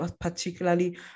particularly